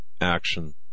action